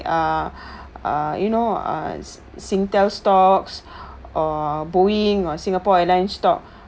uh uh you know ah singtel stocks or boeing or singapore airline stock